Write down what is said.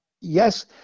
yes